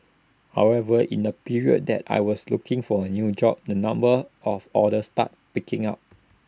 however in the period that I was looking for A new job the number of orders started picking up